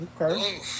okay